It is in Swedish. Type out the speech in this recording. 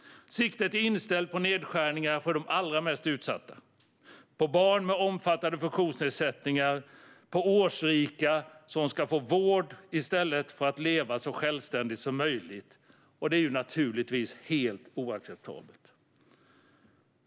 Siktet är inställt på nedskärningar för de allra mest utsatta, på barn med omfattande funktionsnedsättningar och på årsrika som ska få vård i stället för att leva så självständigt som möjligt. Det är naturligtvis helt oacceptabelt.